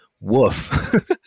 woof